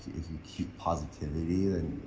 if you keep positivity, then